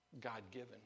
God-given